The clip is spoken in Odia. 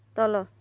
ତଳ